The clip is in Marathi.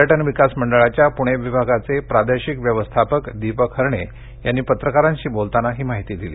पर्यटन विकास मंडळाच्या पुणे विभागाचे प्रादेशिक व्यवस्थापक दीपक हरणे यांनी पत्रकारांशी बोलताना ही माहिती दिली